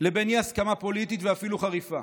לבין אי-הסכמה פוליטית ואפילו חריפה.